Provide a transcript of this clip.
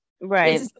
right